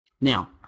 Now